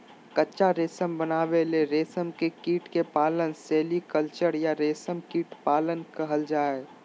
कच्चा रेशम बनावे ले रेशम के कीट के पालन सेरीकल्चर या रेशम कीट पालन कहल जा हई